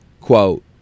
quote